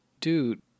Dude